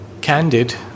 candid